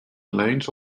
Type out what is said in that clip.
lanes